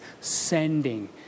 sending